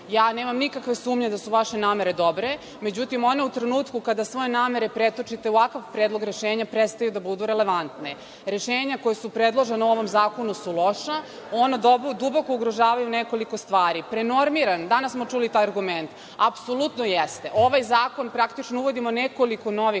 Ja nemam nikakve sumnje da su vaše namere dobre, međutim, u trenutku kada svoje namere pretočite u ovakav predlog rešenja prestaju da budu relevantne. Rešenja koja su predložena u ovom zakonu su loša. Ona duboko ugrožavaju nekoliko stvari. Prenormiran, danas smo čuli taj argument. Apsolutno jeste. Ovim zakonom praktično uvodimo nekoliko novih